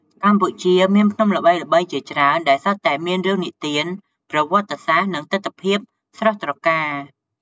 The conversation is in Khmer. កម្ពុជាមានភ្នំល្បីៗជាច្រើនដែលសុទ្ធតែមានរឿងនិទាន ប្រវត្តិសាស្ត្រ និងទិដ្ឋភាពស្រស់ត្រកាល។